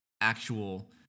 actual